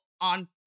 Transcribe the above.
on